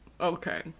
Okay